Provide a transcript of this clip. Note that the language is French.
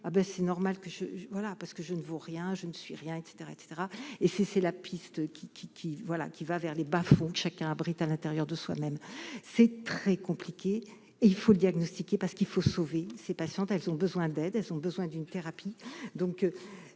c'est normal que je voilà, parce que je ne veux rien, je ne suis rien etc etc et c'est : c'est la piste qui qui qui, voilà qui va vers les bas-fonds chacun abrite à l'intérieur de soi-même, c'est très compliqué et il faut le diagnostiquer, parce qu'il faut sauver ces patientes, elles ont besoin d'aides, elles sont besoin d'une thérapie, donc